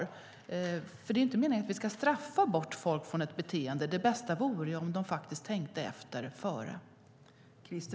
Det är nämligen inte meningen att vi ska straffa bort folk från ett beteende, utan det bästa vore ju om de faktiskt tänkte efter före.